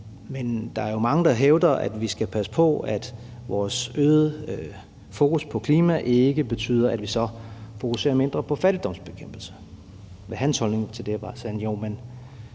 at der er mange, der hævder, at vi skal passe på, at vores øgede fokus på klima ikke betyder, at vi så fokuserer mindre på fattigdomsbekæmpelse, og spurgte, hvad hans holdning var til det.